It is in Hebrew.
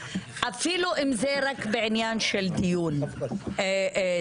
אפילו אם זה רק בעניין של דיון סיעתי,